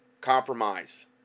compromise